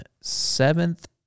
seventh